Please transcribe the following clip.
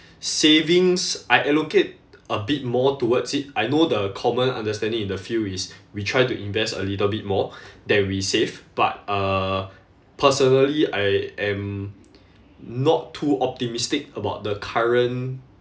savings I allocate a bit more towards it I know the common understanding in the field is we try to invest a little bit more than we save but uh personally I am not too optimistic about the current